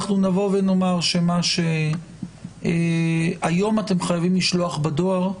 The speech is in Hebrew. אנחנו נבוא ונאמר שמה שהיום אתם חייבים לשלוח בדואר,